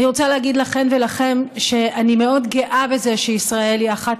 אני רוצה להגיד לכן ולכם שאני מאוד גאה בזה שישראל היא אחת